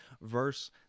verse